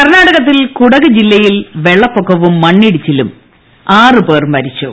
കർണ്ണാടകത്തിൽ കൂടക് ജില്ലയിൽ വെള്ളപ്പൊക്കവും മണ്ണിടിച്ചിലും ആറ് പ്പേർ മരിച്ചു